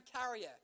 carrier